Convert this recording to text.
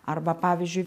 arba pavyzdžiui